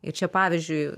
ir čia pavyzdžiui